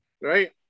Right